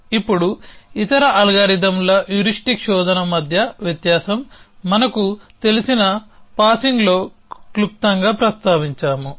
ఇప్పుడు ఇతర అల్గారిథమ్ల హ్యూరిస్టిక్ శోధన మధ్య వ్యత్యాసం మనకు తెలిసిన పాసింగ్లో క్లుప్తంగా ప్రస్తావించాము